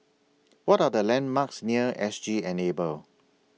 What Are The landmarks near S G Enable